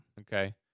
Okay